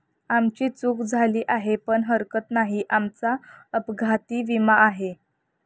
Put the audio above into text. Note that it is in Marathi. आमची चूक झाली आहे पण हरकत नाही, आमचा अपघाती विमा आहे